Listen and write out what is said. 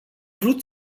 vrut